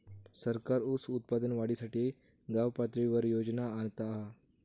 सरकार ऊस उत्पादन वाढीसाठी गावपातळीवर योजना आणता हा